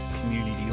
community